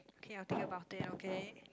okay I'll think about it okay